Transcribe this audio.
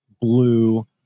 Blue